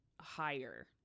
higher